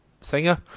singer